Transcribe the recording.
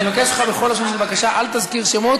אני מבקש ממך בכל לשון של בקשה: אל תזכיר שמות,